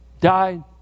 died